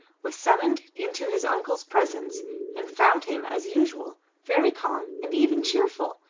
was summoned into his uncle's presence and found him, as usual, very calm and even cheerful,